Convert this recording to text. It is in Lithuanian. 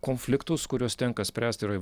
konfliktus kuriuos tenka spręst yra